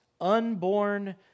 unborn